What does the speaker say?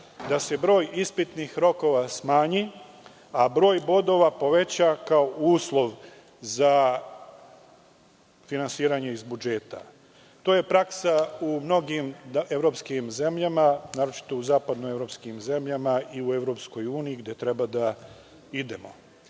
da se broj ispitnih rokova smanji, a broj bodova poveća kao uslov za finansiranje iz budžeta. To je praksa u mnogim evropskim zemljama, naročito u zapadnoevropskim zemljama i u EU, gde treba da idemo. Kod